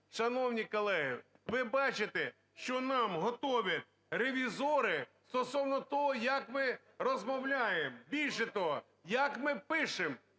Шановні колеги, ви бачите, що нам готовлять ревізори стосовно того, як ми розмовляємо, більше того, як ми пишемо,